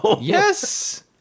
Yes